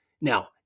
Now